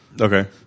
Okay